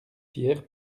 pierre